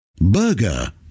Burger